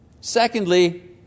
Secondly